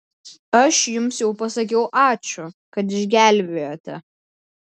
aš jums jau pasakiau ačiū kad išgelbėjote